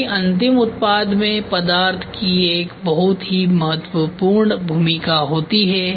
क्योंकि अंतिम उत्पाद में पदार्थ की एक बहुत ही महत्वपूर्ण भूमिका होती है